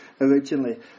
originally